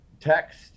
text